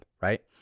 right